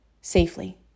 safely